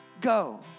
go